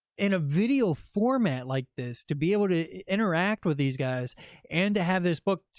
in a video format like this, to be able to interact with these guys and to have this book,